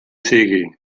sigui